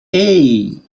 hey